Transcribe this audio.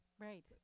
Right